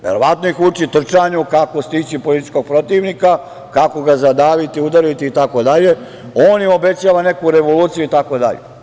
Verovatno ih uči trčanju kako stići političkog protivnika, kako ga zadaviti, udariti itd, on im obećava neku revoluciju itd.